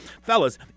Fellas